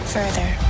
Further